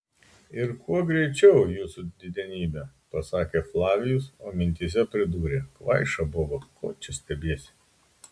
ir kuo greičiau jūsų didenybe pasakė flavijus o mintyse pridūrė kvaiša boba ko čia stebiesi